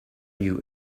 you